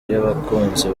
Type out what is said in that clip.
y’abakunzi